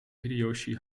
hideyoshi